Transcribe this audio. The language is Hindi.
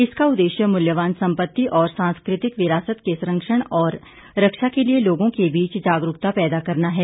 इसका उद्देश्य मूल्यवान संपत्ति और सांस्कृतिक विरासत के संरक्षण और रक्षा के लिए लोगों के बीच जागरूकता पैदा करना है